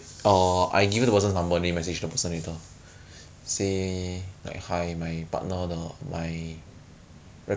shut up lah F_P_S whore you just buy a one four four hertz monitor ah ya plug with H_D_M_I lor